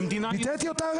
הרגע ביטאתי אותה.